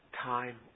time